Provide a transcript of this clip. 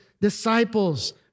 disciples